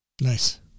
Nice